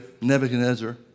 Nebuchadnezzar